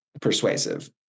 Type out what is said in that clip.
persuasive